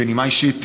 בנימה אישית,